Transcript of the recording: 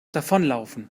davonlaufen